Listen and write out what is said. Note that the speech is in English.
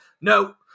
no